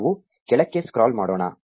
ನಾವು ಕೆಳಕ್ಕೆ ಸ್ಕ್ರಾಲ್ ಮಾಡೋಣ